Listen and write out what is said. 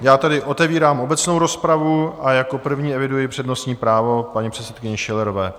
Já tedy otevírám obecnou rozpravu a jako první eviduji přednostní právo paní předsedkyně Schillerové.